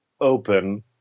open